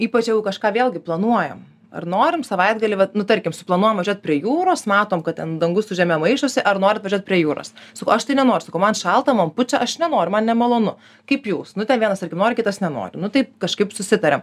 ypač jeigu kažką vėlgi planuojam ar norim savaitgalį vat nu tarkim suplanuojam važiuot prie jūros matom kad ten dangus su žeme maišosi ar norit važiuot prie jūros sakau aš tai nenoriu sakau man šalta man pučia aš nenoriu man nemalonu kaip jūs nu ten vienas tarkim nori kitas nenori nu tai kažkaip susitariam